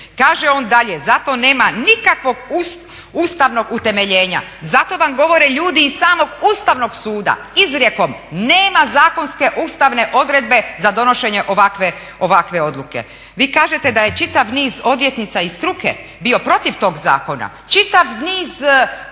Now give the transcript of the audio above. Kaže on dalje, zato nema nikakvog ustavnog utemeljenja, zato vam govore ljudi iz samog Ustavnog suda, izrijekom, nema zakonske ustavne odredbe za donošenje ovakve odluke. Vi kažete da je čitav odvjetnica iz struke bio protiv tog zakona. Čitav niz